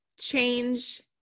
change